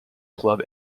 club